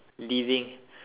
living